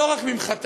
לא רק ממחטה,